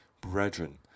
Brethren